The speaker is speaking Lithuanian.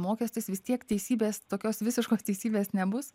mokestis vis tiek teisybės tokios visiškos teisybės nebus